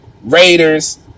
Raiders